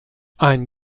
ein